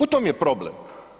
U tome je problem.